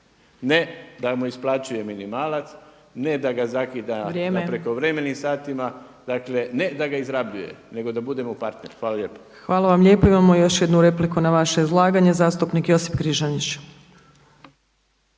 ne da mu isplaćuje minimalac, ne da ga zakida u prekovremenim satima, dakle ne da ga izrabljuje nego da budemo partneri. Hvala lijepo. **Opačić, Milanka (SDP)** Hvala vam lijepo. Imamo još jednu repliku na vaše izlaganje, zastupnik Josip Križanić.